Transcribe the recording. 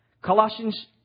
Colossians